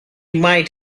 might